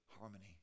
harmony